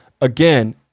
again